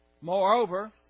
Moreover